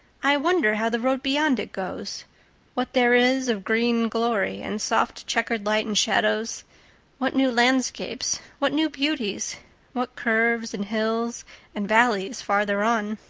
i wonder how the road beyond it goes what there is of green glory and soft, checkered light and shadows what new landscapes what new beauties what curves and hills and valleys further on.